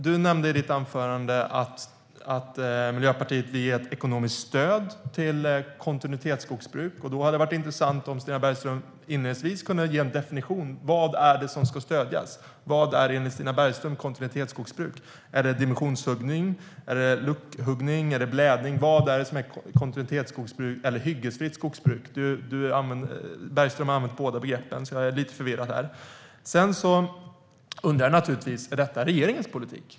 Du nämnde i ditt anförande att Miljöpartiet vill ge ett ekonomiskt stöd till kontinuitetsskogsbruk. Då hade det varit intressant om Stina Bergström inledningsvis kunde ge en definition av vad som ska stödjas. Vad är enligt Stina Bergström kontinuitetsskogsbruk? Är det dimensionshuggning? Är det luckhuggning? Är det blädning? Vad är det som är kontinuitetsskogsbruk eller hyggesfritt skogsbruk? Bergström har använt båda begreppen, och därför är jag lite förvirrad. Är detta regeringens politik?